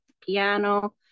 piano